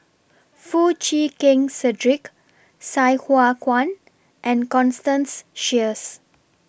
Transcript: Foo Chee Keng Cedric Sai Hua Kuan and Constance Sheares